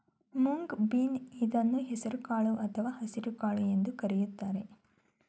moong bean ಇದನ್ನು ಹೆಸರು ಕಾಳು ಅಥವಾ ಹಸಿರುಕಾಳು ಎಂದು ಕರಿತಾರೆ